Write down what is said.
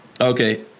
okay